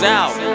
out